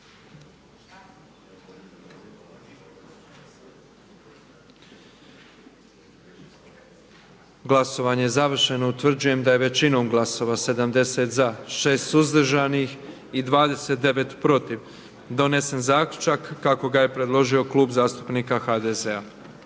Glasovanje je završeno. Utvrđujem da sa 111 glasova za, 1 suzdržanim i 3 protiv je donijet zaključak kako je predložio saborski